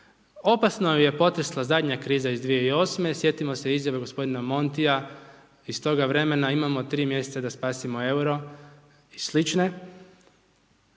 Opasno ju je potresla zadnja kriza iz 2008., sjetimo se izjave g. Montija iz toga vremena, imamo 3 mjeseca da spasimo euro i slične.